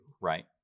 Right